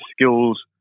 skills